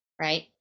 right